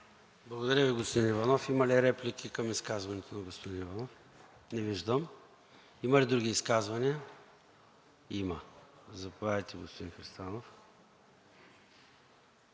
Благодаря Ви, господин Иванов. Има ли реплики към изказването на господин Иванов? Не виждам. Има ли други изказвания? Има. Заповядайте за изказване, господин Христанов.